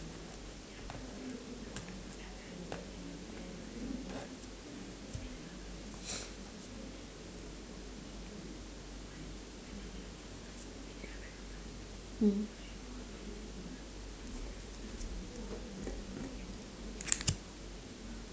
mmhmm